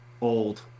Old